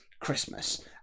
Christmas